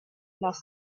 las